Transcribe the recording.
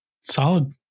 Solid